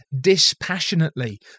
dispassionately